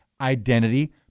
Identity